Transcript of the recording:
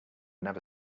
never